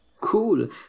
cool